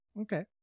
Okay